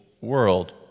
world